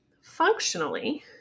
functionally